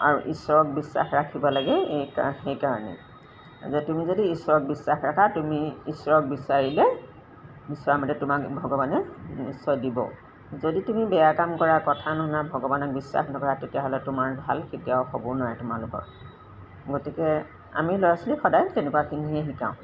আৰু ঈশ্বৰক বিশ্বাস ৰাখিব লাগে এই সেইকাৰণে যে তুমি যদি ঈশ্বৰক বিশ্বাস ৰাখা তুমি ঈশ্বৰক বিচাৰিলে বিচৰামতে তোমাক ভগৱানে নিশ্চয় দিব যদি তুমি বেয়া কাম কৰা কথা নুশুনা ভগৱানক বিশ্বাস নকৰা তেতিয়াহ'লে তোমাৰ ভাল কেতিয়াও হ'ব নোৱাৰে তোমালোকৰ গতিকে আমি ল'ৰা ছোৱালীক সদায় তেনেকুৱাখিনিয়ে শিকাওঁ